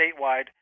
statewide